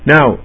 Now